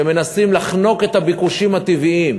שמנסים לחנוק את הביקושים הטבעיים